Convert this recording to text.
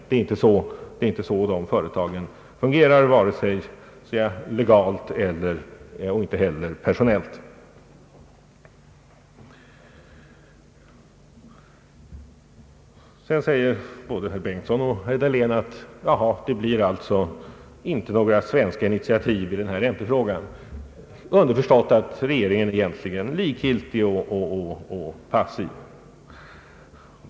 Det är inte så de företagen fungerar, vare sig legalt eller personellt. Vidare säger både herr Bengtson och herr Dahlén: Det blir alltså inte några svenska initiativ i räntefrågan — underförstått att regeringen egentligen är likgiltig och passiv.